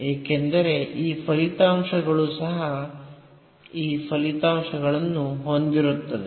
ಏಕೆಂದರೆ ಈ ಫಲಿತಾಂಶಗಳು ಸಹ ಈ ಫಲಿತಾಂಶಗಳನ್ನು ಹೊಂದಿರುತ್ತವೆ